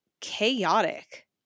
chaotic